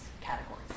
categories